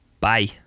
bye